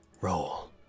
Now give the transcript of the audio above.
roll